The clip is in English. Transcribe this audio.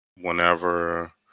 whenever